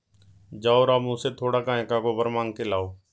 जाओ रामू से थोड़ा गाय का गोबर मांग के लाओ